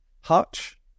Hutch